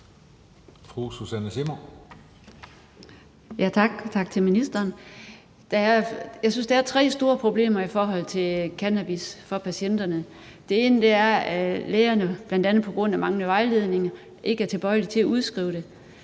tak til ministeren. Jeg synes, der er tre store problemer for patienterne i forhold til cannabis. Det ene er, at lægerne bl.a. på grund af manglende vejledning er tilbøjelige til ikke at udskrive det.